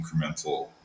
incremental